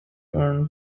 earn